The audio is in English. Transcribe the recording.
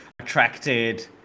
attracted